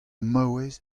maouez